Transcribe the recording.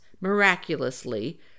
miraculously